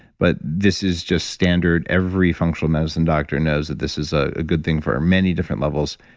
but this is just standard every functional medicine doctor knows that this is a good thing for our many different levels,